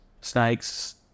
snakes